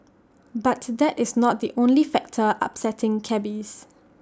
but that is not the only factor upsetting cabbies